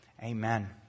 Amen